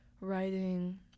writing